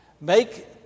Make